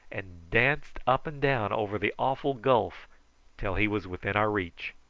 and danced up and down over the awful gulf till he was within our reach.